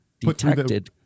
detected